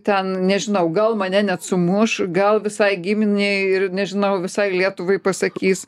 ten nežinau gal mane net sumuš gal visai giminei ir nežinau visai lietuvai pasakys